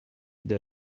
del